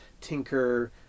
tinker